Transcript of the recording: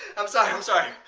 i'm sorry. i'm sorry,